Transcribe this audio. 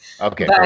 Okay